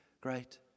great